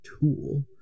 tool